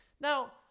Now